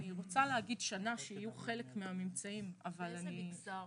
אני רוצה להגיד שתוך שנה יהיו חלק מהממצאים אבל אני -- גם במגזר